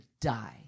die